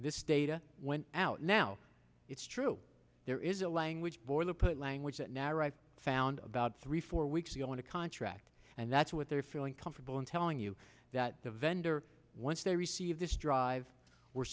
this data went out now it's true there is a language boilerplate language that narrow found about three four weeks ago in a contract and that's what they're feeling comfortable in telling you that the vendor once they receive this drive we're